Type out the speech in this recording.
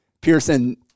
Pearson